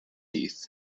teeth